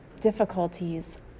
difficulties